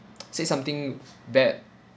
say something bad